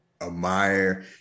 admire